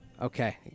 Okay